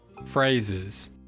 Phrases